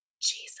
Jesus